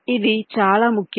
ఇది చాలా ముఖ్యం